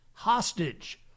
hostage